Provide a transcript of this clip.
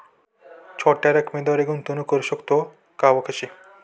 छोट्या रकमेद्वारे गुंतवणूक करू शकतो का व कशी?